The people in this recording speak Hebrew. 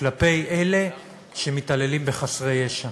כלפי אלה שמתעללים בחסרי ישע.